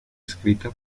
escrita